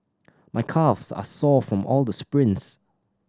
my calves are sore from all the sprints